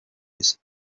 ages